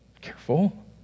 Careful